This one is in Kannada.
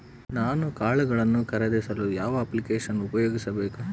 ನಾನು ಕಾಳುಗಳನ್ನು ಖರೇದಿಸಲು ಯಾವ ಅಪ್ಲಿಕೇಶನ್ ಉಪಯೋಗಿಸಬೇಕು?